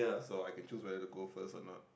so I can choose whether to go first or not